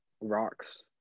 rocks